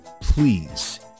please